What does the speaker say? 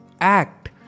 act